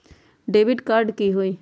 Debit card की होई?